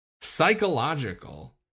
psychological